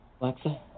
Alexa